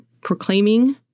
proclaiming